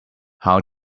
how